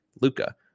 Luca